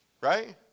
right